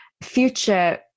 future